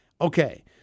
Okay